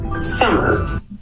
summer